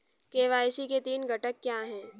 KYC के तीन घटक क्या हैं?